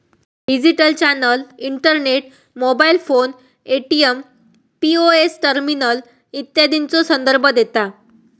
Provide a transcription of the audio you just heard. digital channel internet, mobile phone, ATM, POS terminal इत्यादीचो संदर्भ देता